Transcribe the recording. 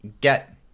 get